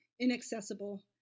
inaccessible